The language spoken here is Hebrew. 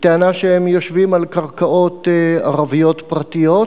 בטענה שהם יושבים על קרקעות ערביות פרטיות,